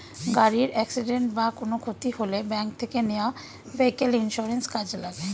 গাড়ির অ্যাকসিডেন্ট বা কোনো ক্ষতি হলে ব্যাংক থেকে নেওয়া ভেহিক্যাল ইন্সুরেন্স কাজে লাগে